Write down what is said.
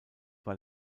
war